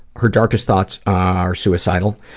her darkest thoughts are suicidal.